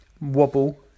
wobble